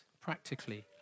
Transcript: practically